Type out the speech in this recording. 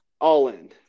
All-in